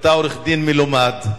ואתה עורך-דין מלומד,